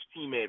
teammate